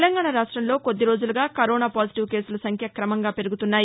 తెలంగాణ రాష్టంలో కాద్ది రోజులుగా కరోనా పాజిటీవ్ కేసుల సంఖ్య క్రమంగా పెరుగుతున్నాయి